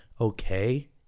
okay